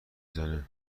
زنه